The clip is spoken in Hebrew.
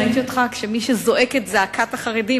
ראיתי אותך כמי שזועק את זעקת החרדים,